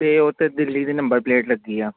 ਅਤੇ ਉਹ 'ਤੇ ਦਿੱਲੀ ਦੀ ਨੰਬਰ ਪਲੇਟ ਲੱਗੀ ਆ